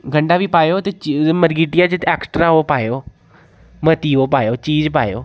गंढा बी पाएओ ते मरगीटिया च ते ऐक्सट्रा ओह् पाएओ मती ओह् पाएओ चीज पाएओ